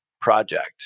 project